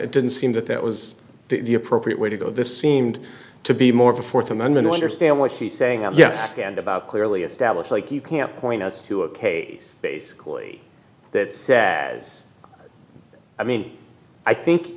it didn't seem that that was the appropriate way to go this seemed to be more of a th amendment understand what he's saying and yes and about clearly established like you can't point us to a case basically that sad as i mean i think